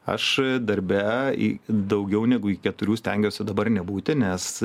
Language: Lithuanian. aš darbe į daugiau negu iki keturių stengiuosi dabar nebūti nes